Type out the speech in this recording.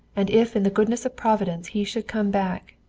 and if in the goodness of providence he should come back,